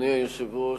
אדוני היושב-ראש,